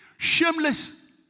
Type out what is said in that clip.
Shameless